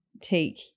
take –